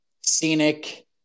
scenic